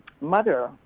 mother